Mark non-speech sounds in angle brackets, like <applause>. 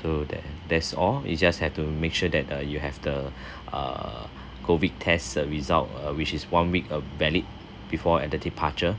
so that that's all you just have to make sure that uh you have the <breath> err COVID tests uh result uh which is one week uh valid before at the departure